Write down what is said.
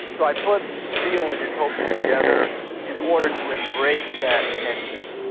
but i put real and utopia together in order to embrace that tension,